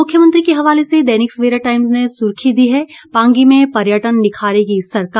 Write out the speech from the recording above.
मुख्यमंत्री के हवाले से दैनिक सवेरा टाइम्स ने सुर्खी दी है पांगी में पर्यटन निखारेगी सरकार